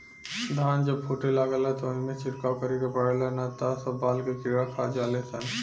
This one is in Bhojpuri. धान जब फूटे लागेला त ओइमे छिड़काव करे के पड़ेला ना त सब बाल के कीड़ा खा जाले सन